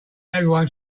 everyone